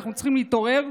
אנחנו צריכים להתעורר,